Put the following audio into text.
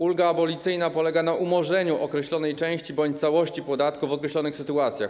Ulga abolicyjna polega na umorzeniu określonej części bądź całości podatku w określonych sytuacjach.